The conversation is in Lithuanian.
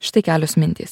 štai kelios mintys